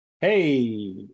Hey